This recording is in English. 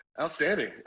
outstanding